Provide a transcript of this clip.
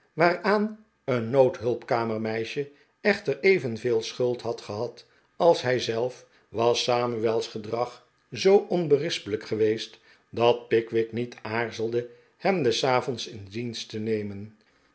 waaraan een noodhulpkamermeisje echter evenveel schuld had gehad als hij zelf was samuel's gedrag zoo onberispelijk geweest dat pickwick niet aarzelde hem des avonds in dienst te hemen